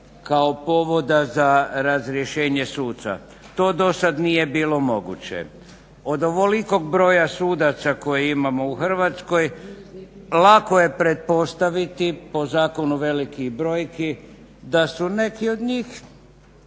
kao povoda za razrješenje suca. To do sada nije bilo moguće. Od ovolikog broja sudaca koje imamo u Hrvatskoj lako je pretpostaviti po zakonu velikih brojki da su neki od njih